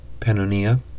Pannonia